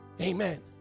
Amen